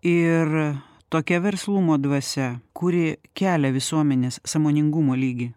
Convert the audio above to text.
ir tokia verslumo dvasia kuri kelia visuomenės sąmoningumo lygį